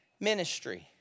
ministry